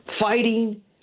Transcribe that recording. fighting